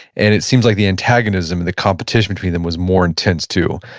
and it seems like the antagonism and the competition between them was more intense too.